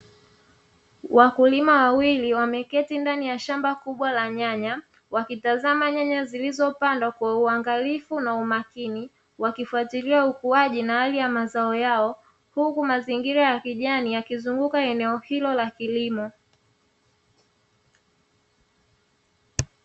Wakulima wawili wameketi ndani ya shamba kubwa la nyanya, wakitazama nyanya zilizopandwa kwa uangalifu na umakini, wakifuatilia ukuaji na hali ya mazao yao huku mazingira ya kijani yakizunguka eneo hilo la kilimo.